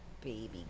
baby